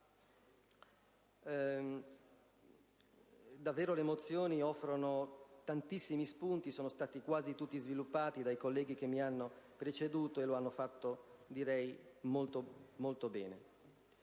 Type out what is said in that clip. Davvero le mozioni offrono tantissimi spunti. Sono stati quasi tutti sviluppati dai colleghi che mi hanno preceduto, e lo hanno fatto molto bene.